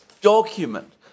document